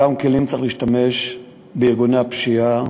באותם כלים צריך להשתמש נגד ארגוני הפשיעה,